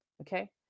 okay